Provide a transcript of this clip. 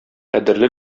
кадерле